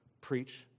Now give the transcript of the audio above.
Preach